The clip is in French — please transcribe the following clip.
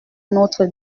notre